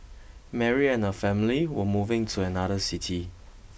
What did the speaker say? Mary and her family were moving to another city